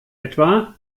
etwa